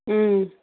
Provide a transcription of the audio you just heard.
اۭں